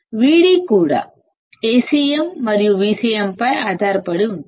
Vd కూడా Acm మరియు Vcmపై ఆధారపడి ఉంటుంది